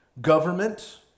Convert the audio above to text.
government